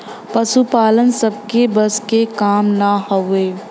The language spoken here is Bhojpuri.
पसुपालन सबके बस क काम ना हउवे